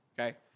okay